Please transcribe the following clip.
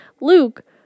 Luke